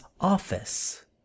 office